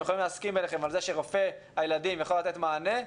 יכולים להסכים ביניכם על זה שרופא הילדים יכול לתת מענה,